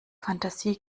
fantasie